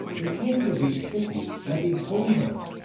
the kings of each city levied tolls on us,